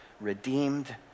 redeemed